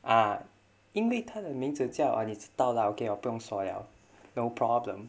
ah 因为他的名字叫 ah 你知道 lah okay 我不用说了 no problem